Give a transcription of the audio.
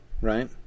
Right